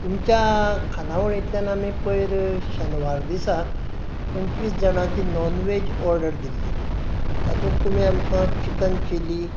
तुमच्या खानावळींतल्यान आमी पयर शेनवार दिसा पंचवीस जाणाची नॉन वॅज ऑर्डर दिल्ली तातूंत तुमी आमकां चिकन चिली